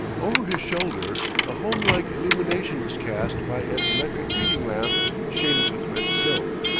over his shoulder a home-like illumination was cast by an electric reading-lamp shaded with red silk.